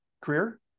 career